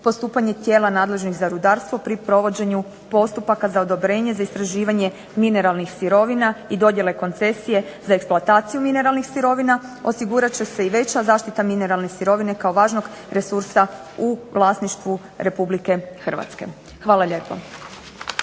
postupanje tijela nadležnih za rudarstvo pri provođenju postupaka za odobrenje za istraživanje mineralnih sirovina i dodjele koncesije za eksploataciju mineralnih sirovina, osigurat će se i veća zaštita mineralne sirovine kao važnog resursa u vlasništvu Republike Hrvatske. Hvala lijepo.